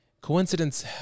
Coincidence